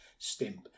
stimp